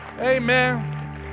Amen